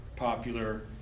popular